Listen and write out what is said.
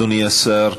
אדוני השר,